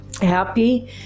happy